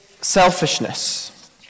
selfishness